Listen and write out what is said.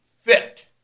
fit